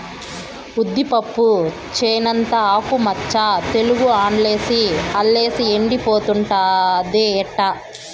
ఉద్దిపప్పు చేనంతా ఆకు మచ్చ తెగులు అల్లేసి ఎండిపోతుండాదే ఎట్టా